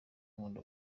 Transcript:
nkunda